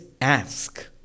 Ask